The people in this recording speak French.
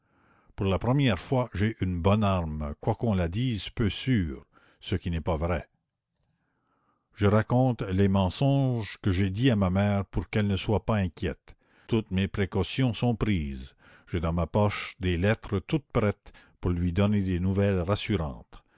pour la première fois j'ai une bonne arme quoiqu'on la dise peu sûre ce qui n'est pas vrai je raconte les mensonges que j'ai dits à ma mère pour qu'elle ne soit pas inquiète toutes mes précautions sont prises j'ai dans ma poche des lettres toutes prêtes pour lui donner des nouvelles rassurantes